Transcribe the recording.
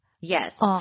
yes